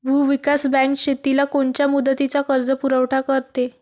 भूविकास बँक शेतीला कोनच्या मुदतीचा कर्जपुरवठा करते?